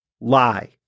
Lie